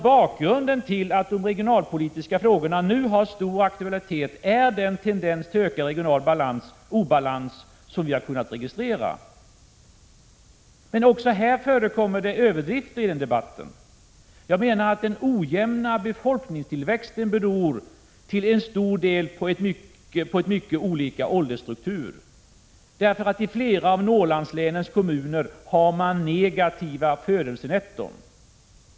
Bakgrunden till att de regionalpolitiska frågorna nu har stor aktualitet är den tendens till ökad regional obalans som vi har kunnat registrera. Men också här förekommer överdrifter i debatten. Jag menar att den ojämna befolkningstillväxten till stor del beror på mycket olika åldersstruktur. I flera av Norrlandslänens kommuner har man ett negativt födelsenetto.